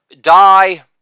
die